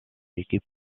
équipe